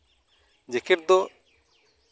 ᱡᱮᱠᱮᱹᱴ ᱫᱚ